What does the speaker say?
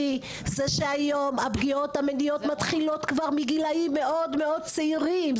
זה שהיום הפגיעות המיניות מתחילות כבר מגילאים מאוד מאוד צעירים,